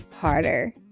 harder